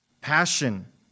passion